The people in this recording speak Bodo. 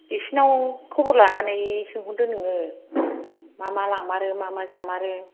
बिसिनाव खबर लानानै सोंहरदो नोङो